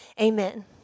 amen